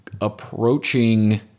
approaching